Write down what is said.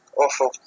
Awful